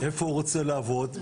איפה הוא רוצה לעבוד.